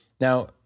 Now